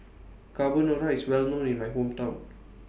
Carbonara IS Well known in My Hometown